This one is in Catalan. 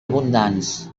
abundants